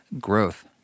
growth